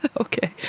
Okay